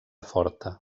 forta